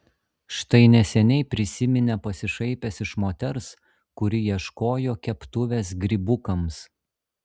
štai neseniai prisiminė pasišaipęs iš moters kuri ieškojo keptuvės grybukams